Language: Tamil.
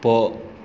போ